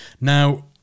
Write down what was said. Now